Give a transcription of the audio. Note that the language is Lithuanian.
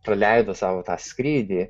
praleido savo tą skrydį